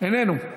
איננו.